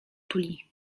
tuli